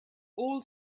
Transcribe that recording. old